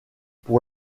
pour